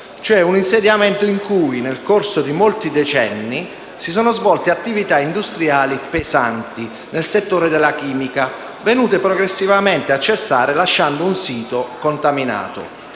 cioè di un insediamento in cui, nel corso di molti decenni, si sono svolte attività industriali pesanti nel settore della chimica che, venute progressivamente a cessare, hanno lasciato un sito contaminato.